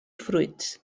fruits